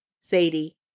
Sadie